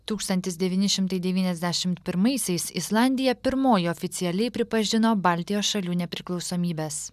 tūkstantis devyni šimtai devyniasdešimt pirmaisiais islandija pirmoji oficialiai pripažino baltijos šalių nepriklausomybes